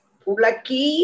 pulaki